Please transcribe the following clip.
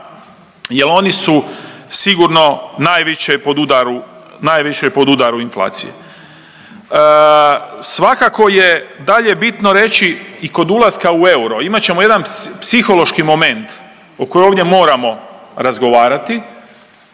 jer oni su sigurno najviše pod udaru inflacije. Svakako je dalje bitno reći i kod ulaska u euro, imat ćemo jedan psihološki moment o kojem ovdje moramo razgovarati,